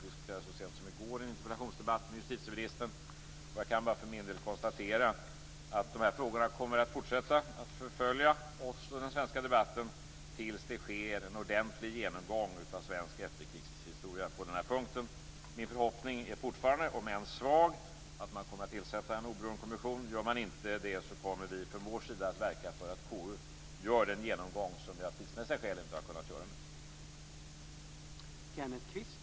Vi diskuterade det så sent som i går i en interpellationsdebatt med justitieministern. Jag kan för min del konstatera att de här frågorna kommer i fortsättningen att förfölja oss i den svenska debatten tills det sker en ordentlig genomgång av vår efterkrigstidshistoria på denna punkt. Min förhoppning är fortfarande, om än svag, att man kommer att tillsätta en oberoende kommission. Gör man inte det kommer vi från vår sida att verka för att KU gör den genomgång som vi av tidsmässiga skäl nu inte har kunnat göra.